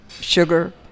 sugar